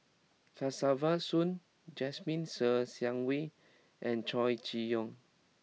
Kesavan Soon Jasmine Ser Xiang Wei and Chow Chee Yong